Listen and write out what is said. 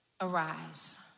arise